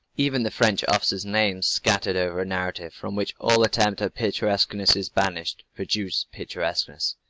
even the french officers' names scattered over a narrative from which all attempt at picturesqueness is banished, produce picturesqueness.